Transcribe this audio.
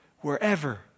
Wherever